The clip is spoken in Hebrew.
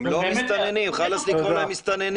הם לא מסתננים, חלאס לקרוא להם מסתננים.